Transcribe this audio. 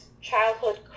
childhood